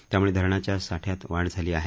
त्यामुळे धरणाच्या साठ्यात वाढ झाली आहे